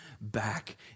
back